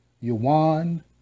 yuan